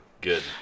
good